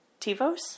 Tivos